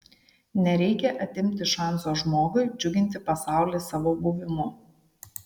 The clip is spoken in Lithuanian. nereikia atimti šanso žmogui džiuginti pasaulį savo buvimu